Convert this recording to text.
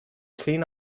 clean